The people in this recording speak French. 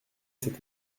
cet